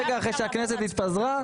רגע אחרי שהכנסת התפזרה,